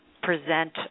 present